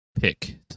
pick